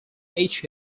each